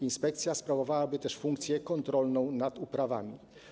Inspekcja sprawowałaby też funkcję kontrolną nad uprawami.